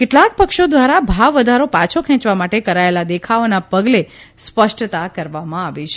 કેટલાંક પક્ષો દ્વારા ભાવવધારો પાછો ખેંચવા માટે કરાયેલા દેખાવોના પગલે સ્પષ્ટતા કરવામાં આવી છે